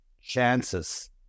chances